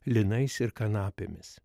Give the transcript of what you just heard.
linais ir kanapėmis